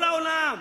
כל העולם,